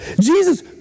Jesus